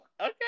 Okay